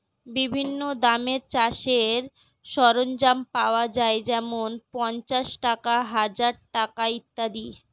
বিভিন্ন দামের চাষের সরঞ্জাম পাওয়া যায় যেমন পাঁচশ টাকা, হাজার টাকা ইত্যাদি